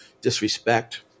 disrespect